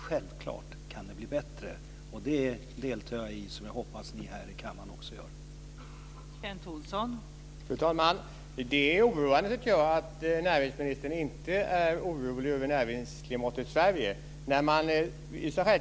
Men det kan självfallet bli bättre, och jag deltar i det arbetet och hoppas att ni här i kammaren också gör det.